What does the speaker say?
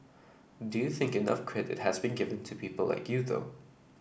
do you think enough credit has been given to people like you though